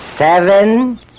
Seven